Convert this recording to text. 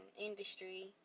industry